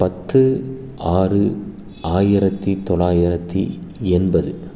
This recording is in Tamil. பத்து ஆறு ஆயிரத்தி தொளாயிரத்தி எண்பது